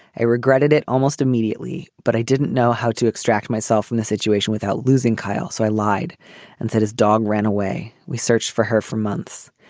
i regretted it almost immediately. but i didn't know how to extract myself from the situation without losing kyle. so i lied and said his dog ran away. we searched for her for months.